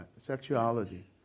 sexuality